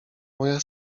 moja